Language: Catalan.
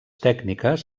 tècniques